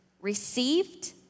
received